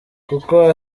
kuko